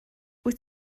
wyt